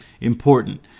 Important